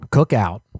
Cookout